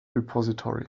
repository